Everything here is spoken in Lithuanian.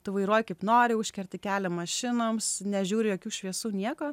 tu vairuoji kaip nori užkerti kelią mašinoms nežiūri jokių šviesų nieko